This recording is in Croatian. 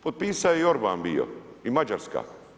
Potpisao je i Orban bio i Mađarska.